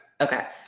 Okay